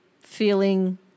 feeling